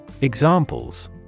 Examples